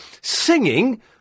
singing